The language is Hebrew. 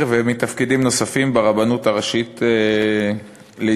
ומתפקידים נוספים ברבנות הראשית לישראל.